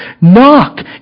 Knock